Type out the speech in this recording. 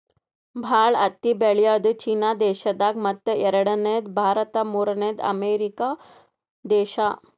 ಭಾಳ್ ಹತ್ತಿ ಬೆಳ್ಯಾದು ಚೀನಾ ದೇಶದಾಗ್ ಮತ್ತ್ ಎರಡನೇದು ಭಾರತ್ ಮೂರ್ನೆದು ಅಮೇರಿಕಾ ದೇಶಾ